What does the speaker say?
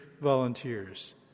volunteers